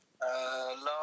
last